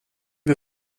wir